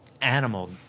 animal